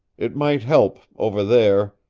it might help over there,